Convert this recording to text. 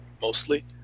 mostly